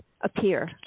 appear